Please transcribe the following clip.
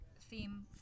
theme